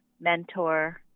mentor